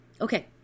Okay